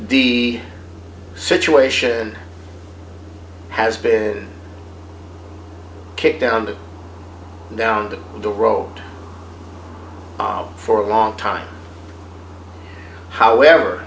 d situation has been kicked down the down the road for a long time however